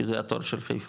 כי זה התור של חיפה,